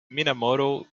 minamoto